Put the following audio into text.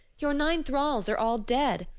your nine thralls are all dead.